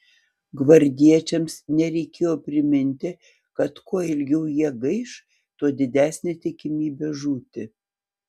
gvardiečiams nereikėjo priminti kad kuo ilgiau jie gaiš tuo didesnė tikimybė žūti